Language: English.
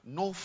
no